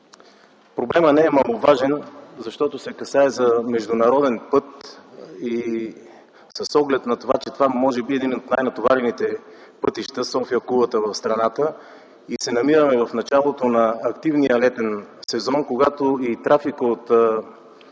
Проблемът не е маловажен. Защото се касае за международен път и с оглед на това, че може би е един от най-натоварените пътища – София–Кулата в страната, и се намираме в началото на активния летен сезон, когато и трафикът